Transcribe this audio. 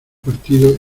partido